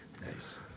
Nice